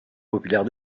populaire